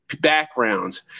backgrounds